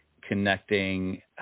connecting